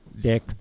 Dick